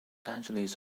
angeles